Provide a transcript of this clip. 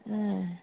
ए